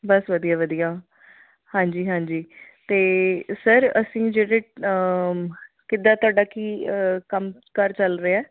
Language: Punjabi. ਬਸ ਵਧੀਆ ਵਧੀਆ ਹਾਂਜੀ ਹਾਂਜੀ ਅਤੇ ਸਰ ਅਸੀਂ ਜਿਹੜੇ ਕਿੱਦਾਂ ਤੁਹਾਡਾ ਕੀ ਅ ਕੰਮ ਕਾਰ ਚੱਲ ਰਿਹਾ